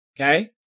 okay